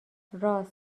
راس